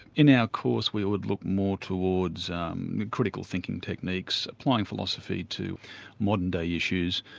in our course we would look more towards um critical thinking techniques, applying philosophy to modern day issues,